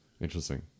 Interesting